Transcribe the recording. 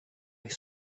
avec